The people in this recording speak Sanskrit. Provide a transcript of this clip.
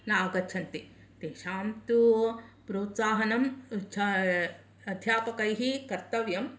न आगच्छन्ति तेषां तु प्रोत्साहनम् छा अध्यापकैः कर्तव्यं